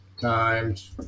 times